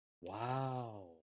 wow